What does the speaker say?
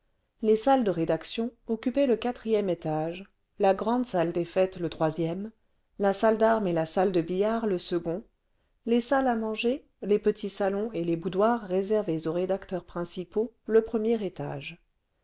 les salles de rédaction occupaient le quatrième étage la grande salle des fêtes le troisième la salle d'armes et la salle de billard le ijc vingtième siècle second les salles à manger les petits salons et les boudoirs réservés aux rédacteurs principaux le premier étage